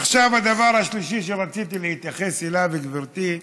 עכשיו, הדבר השלישי שרציתי להתייחס אליו, גברתי,